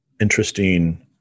interesting